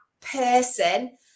person